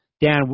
Dan